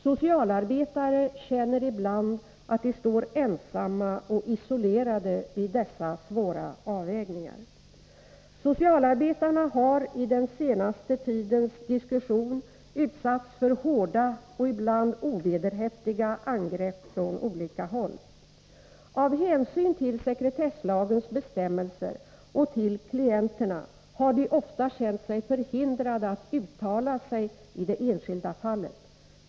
Socialarbetare känner ibland att de står ensamma och isolerade vid dessa svåra avvägningar. Socialarbetarna har i den senaste tidens diskussion utsatts för hårda och ibland ovederhäftiga angrepp från olika håll. Av hänsyn till sekretesslagens bestämmelser och till klienterna har de ofta känt sig förhindrade att uttala sig i det enskilda fallet.